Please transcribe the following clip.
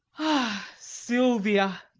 ah, silvia!